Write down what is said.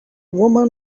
women